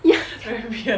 ya